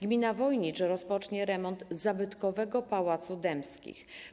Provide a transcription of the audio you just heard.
Gmina Wojnicz rozpocznie remont zabytkowego pałacu Dębskich.